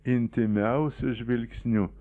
intymiausiu žvilgsniu